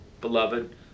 Beloved